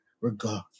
regard